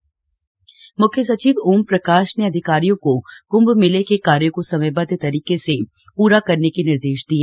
मुख्य सचिव कंभ मेला म्ख्य सचिव ओमप्रकाश ने अधिकारियों को कुम्भ मेले के कार्यों को समयबद्व तरीके से पूरा करने के निर्देश दिए